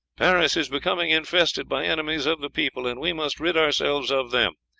paris is becoming infested by enemies of the people, and we must rid ourselves of them.